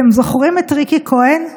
אתם זוכרים את ריקי כהן מחדרה?